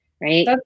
right